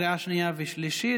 קריאה שנייה ושלישית.